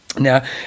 Now